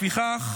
לפיכך